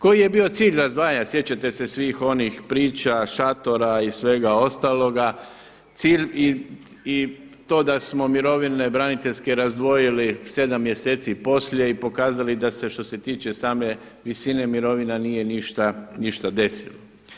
Koji je bio cilj … sjećate se svih onih priča, šatora i svega ostaloga, cilj i to da smo mirovine braniteljske razdvojili 7 mjeseci poslije i pokazali da se što se tiče same visine mirovina nije ništa desilo.